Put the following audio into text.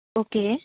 okay